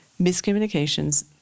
miscommunications